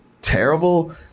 terrible